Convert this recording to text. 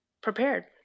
prepared